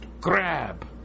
grab